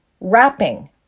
wrapping